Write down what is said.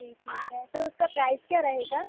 जी ठीक है तो उसका प्राइस क्या रहेगा